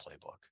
playbook